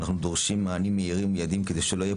אנחנו דורשים מענים מהירים ויעדים כדי שלא יהיה